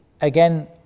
again